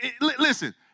Listen